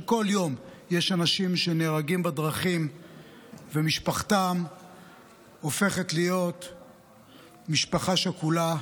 שכל יום יש אנשים שנהרגים בדרכים ומשפחתם הופכת להיות משפחה שכולה,